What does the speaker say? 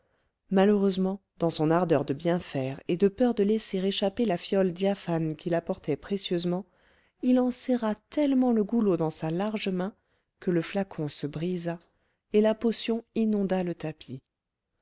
malheureusement dans son ardeur de bien faire et de peur de laisser échapper la fiole diaphane qu'il apportait précieusement il en serra tellement le goulot dans sa large main que le flacon se brisa et la potion inonda le tapis